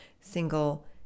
single